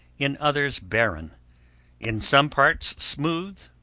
in others barren in some parts smooth,